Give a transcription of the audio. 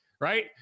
right